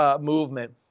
movement